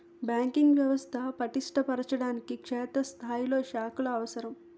banking వ్యవస్థ పటిష్ట పరచడానికి క్షేత్రస్థాయిలో శాఖలు అవసరం